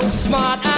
smart